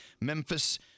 Memphis